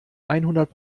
einhundert